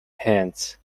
hands